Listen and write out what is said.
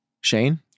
Shane